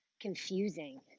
confusing